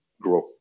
grow